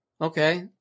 okay